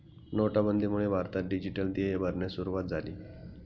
नोटाबंदीमुळे भारतात डिजिटल देय भरण्यास सुरूवात झाली